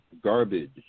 Garbage